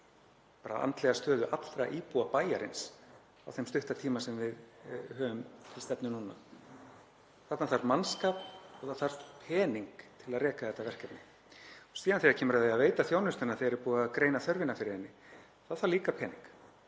andlega stöðu allra íbúa bæjarins og hvað þá á þeim stutta tíma sem við höfum til stefnu núna. Þarna þarf mannskap og það þarf pening til að reka þetta verkefni. Síðan þegar kemur að því að veita þjónustuna þegar búið er að greina þörfina fyrir hana þá þarf líka pening.